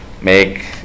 make